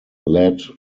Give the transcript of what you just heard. led